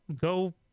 go